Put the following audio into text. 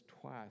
twice